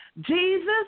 Jesus